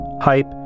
hype